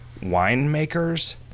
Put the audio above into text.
winemakers